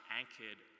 anchored